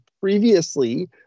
previously